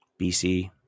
BC